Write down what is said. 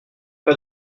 pas